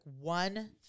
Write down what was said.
one